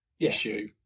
issue